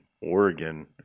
Oregon